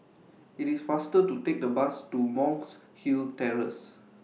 IT IS faster to Take The Bus to Monk's Hill Terrace